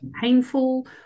painful